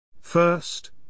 First